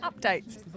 Updates